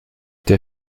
der